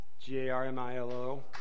G-A-R-M-I-L-O